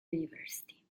university